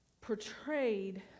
portrayed